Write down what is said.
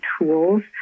tools